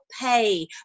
pay